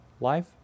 life